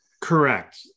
Correct